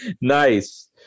Nice